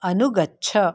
अनुगच्छ